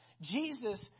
Jesus